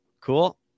Cool